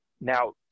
Now